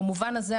במובן הזה,